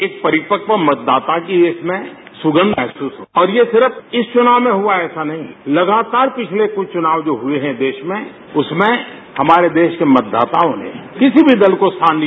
एक परिपक्कव मतदाता की इसमें सुंगध महसुस होती है और ये सिर्फ इस चुनाव में हुआ है ऐसा नहीं है लगातार पिछले कुछ चुनाव जो भी हुए हैं देश में उसमें हमारे देश के मतदाताओं ने किसी भी दल को स्थान दिया